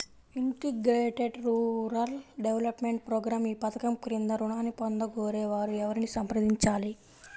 Integrated rural development program ఈ పధకం క్రింద ఋణాన్ని పొందగోరే వారు ఎవరిని సంప్రదించాలి?